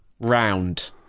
round